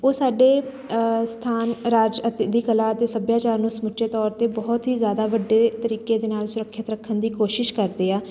ਉਹ ਸਾਡੇ ਸਥਾਨ ਰਾਜ ਅਤੇ ਦੀ ਕਲਾ ਅਤੇ ਸੱਭਿਆਚਾਰ ਨੂੰ ਸਮੁੱਚੇ ਤੌਰ 'ਤੇ ਬਹੁਤ ਹੀ ਜ਼ਿਆਦਾ ਵੱਡੇ ਤਰੀਕੇ ਦੇ ਨਾਲ ਸੁਰੱਖਿਅਤ ਰੱਖਣ ਦੀ ਕੋਸ਼ਿਸ਼ ਕਰਦੇ ਆ